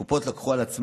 הקופות לקחו על עצמן,